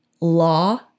law